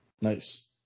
Nice